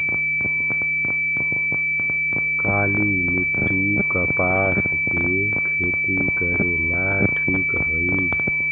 काली मिट्टी, कपास के खेती करेला ठिक हइ?